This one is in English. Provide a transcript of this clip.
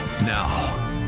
now